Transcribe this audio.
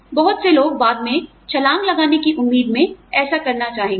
बहुत से लोग बाद में छलांग लगाने की उम्मीद में ऐसा करना चाहेंगे